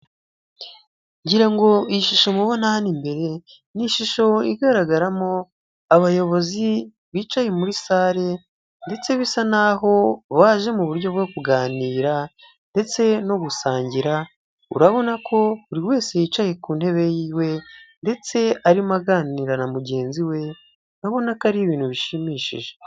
Ngira ngo iyi shusho mubona hano imbere ni ishusho igaragaramo abayobozi bicaye muri sale ndetse bisa naho baje mu buryo bwo kuganira ndetse no gusangira, urabona ko buri wese yicaye ku ntebe yiwe ndetse arimo aganira na mugenzi we urabona ko ari ibintu bishimishije.